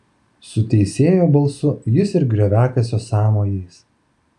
su teisėjo balsu jis ir grioviakasio sąmojais